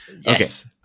Yes